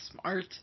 smart